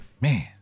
Man